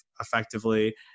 effectively